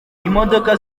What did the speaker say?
imodoka